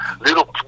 Little